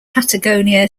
patagonia